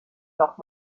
noch